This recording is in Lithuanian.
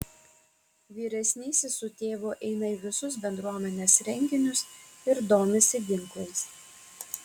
vyresnysis su tėvu eina į visus bendruomenės renginius ir domisi ginklais